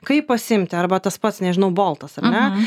kaip pasiimti arba tas pats nežinau boltas ar ne